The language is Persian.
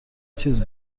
چیز